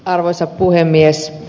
arvoisa puhemies